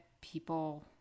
people